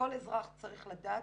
כל אזרח צריך לדעת,